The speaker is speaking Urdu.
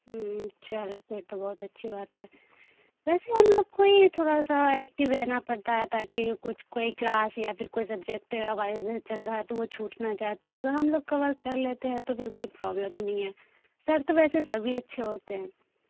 ہوں چلیں پھر تو بہت اچھی بات ہے ویسے ہم لوگ کو ہی تھوڑا سا ایکٹیو رہنا پرتا ہے تاکہ کچھ کوئی کلاس یا پھر کوئی سبجیکٹ وائز چل رہا ہے تو وہ چھوٹ نہ جائے تو اب ہم لوگ کور کر لیتے ہیں تو پھر کوئی پرابلم ہی نہیں ہے سر تو ویسے سبھی اچھے ہوتے ہیں